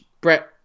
Brett